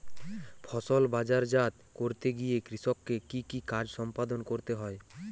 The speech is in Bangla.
ফসল বাজারজাত করতে গিয়ে কৃষককে কি কি কাজ সম্পাদন করতে হয়?